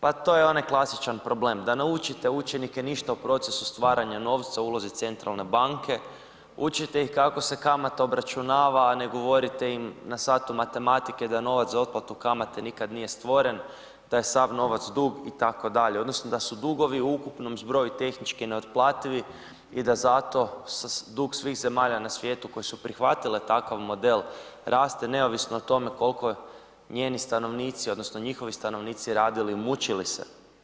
Pa to je onaj klasičan problem, da ne učite učenike ništa o procesu stvaranja novca, ulozi centralne banke, učite ih kako se kamata obračunava, a ne govorite im na satu matematika da novac za otplatu kamate nikad nije stvoren, da je sav novac dug, itd., odnosno da su dugovi u ukupnom zbroju tehnički neotplativi i da zato se dug svih zemalja na svijetu koje su prihvatile takav model raste neovisno o tome koliko njeni stanovnici, odnosno njihovi stanovnici radili i mučili se.